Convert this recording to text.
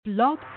Blog